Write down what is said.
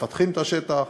מפתחים את השטח,